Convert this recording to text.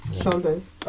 Shoulders